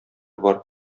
бар